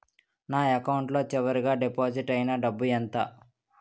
నా అకౌంట్ లో చివరిగా డిపాజిట్ ఐనా డబ్బు ఎంత?